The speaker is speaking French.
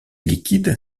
liquides